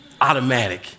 Automatic